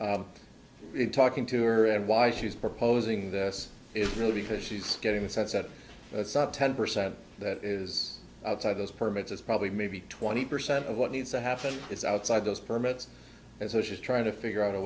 owners talking to her and why she's proposing this is really because she's getting a sense that it's not ten percent that is outside those permits is probably maybe twenty percent of what needs to happen is outside those permits and so she's trying to figure out a